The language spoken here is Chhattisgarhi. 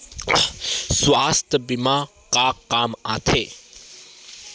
सुवास्थ बीमा का काम आ थे?